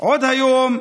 עוד היום,